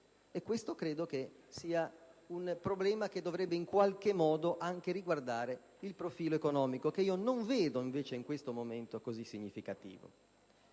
questo sia un problema che dovrebbe in qualche modo anche riguardare il profilo economico, che non vedo in questo momento così significativo.